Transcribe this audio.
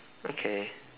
okay